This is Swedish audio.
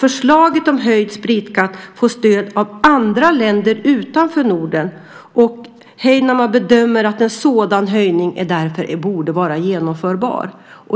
Förslaget om höjd spritskatt får stöd även av andra länder, också utanför Norden, och Heinäluoma bedömer att en sådan höjning därför borde vara genomförbar.